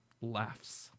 Laughs